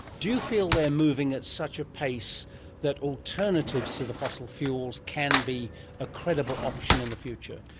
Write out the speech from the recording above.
do you feel they are moving at such a pace that alternatives to the fossil fuels can be a credible option in the future?